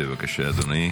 בבקשה, אדוני.